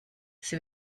sie